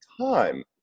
time